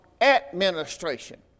administration